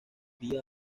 día